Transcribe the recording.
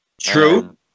True